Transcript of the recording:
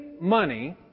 money